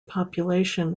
population